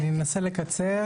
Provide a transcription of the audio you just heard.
כן, אני אנסה לקצר.